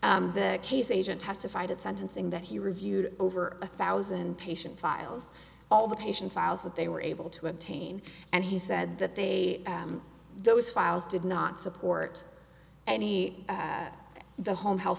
the case agent testified at sentencing that he reviewed over a thousand patient files all the patient files that they were able to obtain and he said that they those files did not support any of the home health